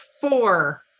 four